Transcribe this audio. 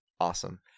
Awesome